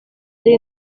ari